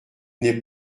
n’est